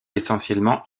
essentiellement